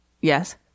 Yes